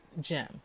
Jim